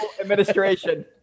administration